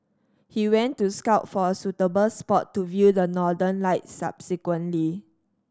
he went to scout for a suitable spot to view the Northern Lights subsequently